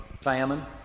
famine